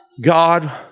God